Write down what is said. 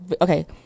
Okay